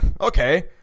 okay